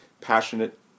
passionate